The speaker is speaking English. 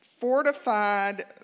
fortified